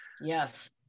Yes